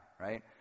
right